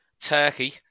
Turkey